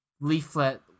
leaflet